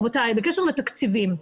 רבותיי, בקשר לתקציבים.